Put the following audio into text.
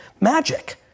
magic